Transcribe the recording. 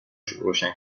روشن